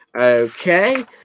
Okay